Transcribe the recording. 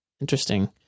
interesting